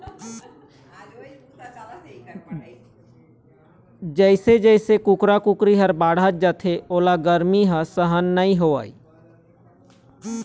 जइसे जइसे कुकरा कुकरी ह बाढ़त जाथे ओला गरमी ह सहन नइ होवय